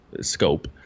scope